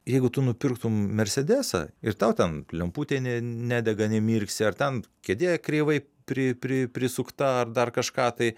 jeigu tu nupirktum mersedesą ir tau ten lemputė ne nedega nemirksi ar ten kėdė kreivai pri pri prisukta ar dar kažką tai